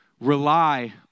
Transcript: rely